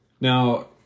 Now